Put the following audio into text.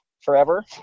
forever